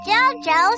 Jojo